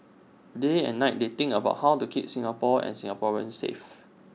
day and night they think about how to keep Singapore and Singaporeans safe